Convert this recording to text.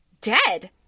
dead